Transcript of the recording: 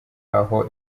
aho